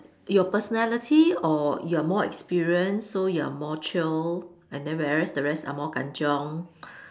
your personality or you're more experienced so you're more chill and then whereas the rest are more kan-chiong